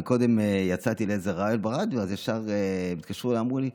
קודם יצאתי לאיזה ריאיון ברדיו וישר התקשרו אליי ואמרו לי: